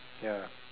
ya